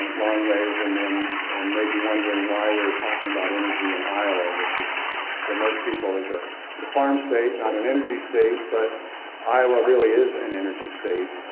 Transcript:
long ways. and and maybe wondering why we're talking about energy in iowa, which is for most people, is a farm state, not an energy state. but iowa really is an energy state.